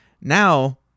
Now